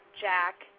Jack